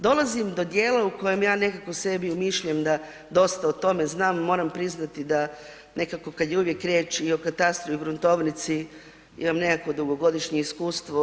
Dolazim do dijela u kojem ja nekako sebi umišljam da dosta o tome znam, moram priznati da nekako kad je uvijek riječ i o katastru i o gruntovnici imam nekakvo dugogodišnje iskustvo.